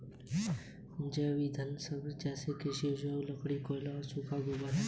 जैव ईंधन जैसे कृषि अवशेष, लकड़ी, कोयला और सूखा गोबर होता है